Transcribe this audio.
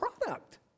product